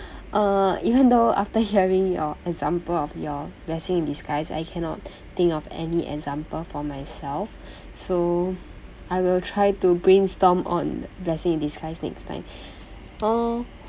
uh even though after hearing your example of your blessing in disguise I cannot think of any example for myself so I will try to brainstorm on blessing in disguise next time uh